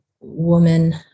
woman